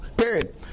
Period